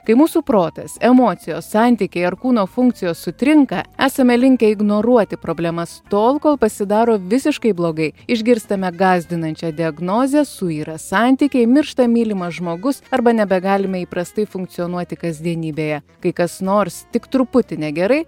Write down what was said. kai mūsų protas emocijos santykiai ar kūno funkcijos sutrinka esame linkę ignoruoti problemas tol kol pasidaro visiškai blogai išgirstame gąsdinančią diagnozę suyra santykiai miršta mylimas žmogus arba nebegalime įprastai funkcionuoti kasdienybėje kai kas nors tik truputį negerai